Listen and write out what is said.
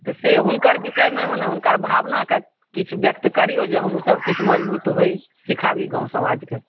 से हुनकर विषयमे हुनकर भावनाक किछु व्यक्त करियौ जे हमहुँसभ किछु मजबूत होइ सीखाबी गाॅंव समाजके